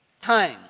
time